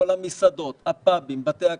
את כל המסעדות, הפאבים ובתי הקפה.